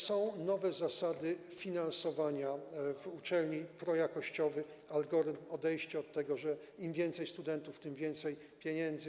Są nowe zasady finansowania uczelni projakościowych, algorytm, odejście od tego, że im więcej studentów, tym więcej pieniędzy.